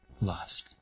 lost